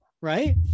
right